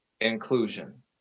inclusion